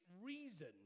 reason